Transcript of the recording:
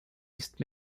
east